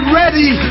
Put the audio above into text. ready